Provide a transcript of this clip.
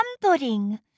pudding